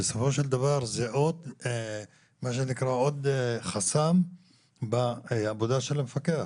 בסופו של דבר זה עוד חסם בעבודה של המפקח.